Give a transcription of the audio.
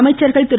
அமைச்சர்கள் திரு